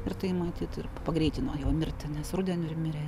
ir tai matyt ir pagreitino jo mirtį nes rudenį ir mirė